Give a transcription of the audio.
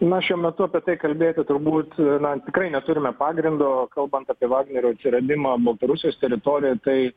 na šiuo metu apie tai kalbėti turbūt na tikrai neturime pagrindo kalbant apie vagnerio atsiradimą baltarusijos teritorijoje tai